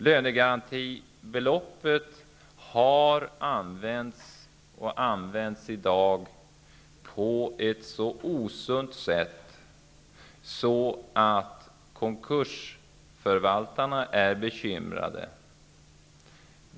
Lönegarantibeloppet har använts och används i dag på ett så osunt sätt att konkursförvaltarna är bekymrade.